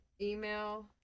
email